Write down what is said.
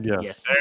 Yes